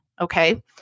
Okay